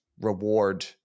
reward